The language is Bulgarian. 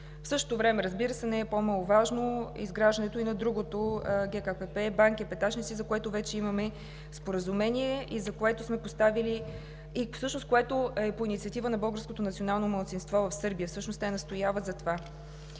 В същото време, разбира се, не е по-маловажно изграждането и на другото ГКПП „Банкя – Петачинци“, за което вече имаме споразумение и което е по инициатива на българското национално малцинство в Сърбия, всъщност те настояват за това.